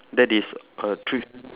that is a thr~